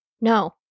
No